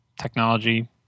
technology